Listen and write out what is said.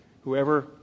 Whoever